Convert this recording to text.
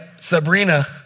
Sabrina